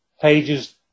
pages